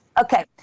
Okay